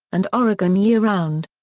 and oregon year-round.